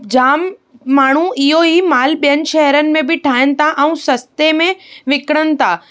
जाम माण्हू ईहोई माल ॿियनि शइरनि में बि ठाहिन थिया ऐं सस्ते में विकिणनि था